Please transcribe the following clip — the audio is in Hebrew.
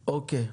אוקיי.